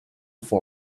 for